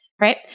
Right